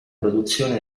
produzione